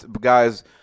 guys